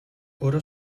ora